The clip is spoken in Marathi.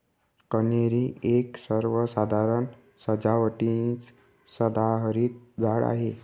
कन्हेरी एक सर्वसाधारण सजावटीचं सदाहरित झाड आहे